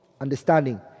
Understanding